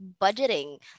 budgeting